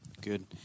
Good